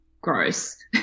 gross